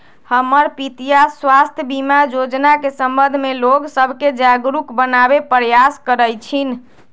हमर पितीया स्वास्थ्य बीमा जोजना के संबंध में लोग सभके जागरूक बनाबे प्रयास करइ छिन्ह